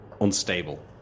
unstable